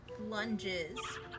lunges